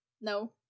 No